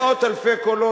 מאות אלפי קולות,